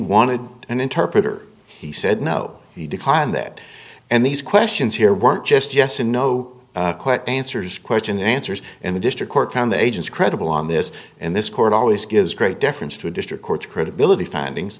wanted an interpreter he said no he declined that and these questions here weren't just yes and no quite answers questions and answers and the district court found the agency credible on this and this court always gives great deference to a district court credibility findings